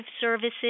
services